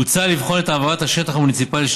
הוצע לבחון את העברת השטח המוניציפלי של